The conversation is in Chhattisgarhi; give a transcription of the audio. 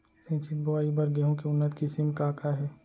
सिंचित बोआई बर गेहूँ के उन्नत किसिम का का हे??